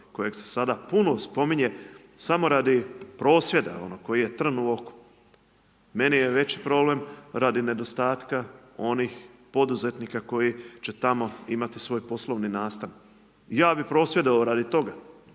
kojeg se sada puno spominje samo radi prosvjeda onog koji je trn u oku, meni je veći problem radi nedostatka onih poduzetnika koji će tamo imati svoj poslovni nastan. Ja bih prosvjedovao radi toga,